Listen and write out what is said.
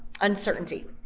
uncertainty